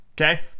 okay